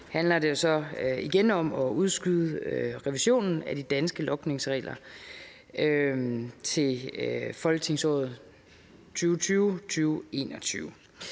gang handler det så igen om at udskyde revisionen af de danske logningsregler til folketingsåret 2020-21.